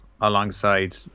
alongside